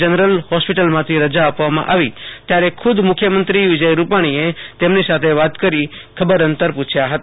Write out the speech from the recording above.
general હોસ્પિટલમાંથી રજા આપવામાં આવી ત્યારે ખુદ મખ્યમંત્રો વિજય રૂપાણીએ તેમની સાથે વાત કરી ખબર અંતર પુછયા હતા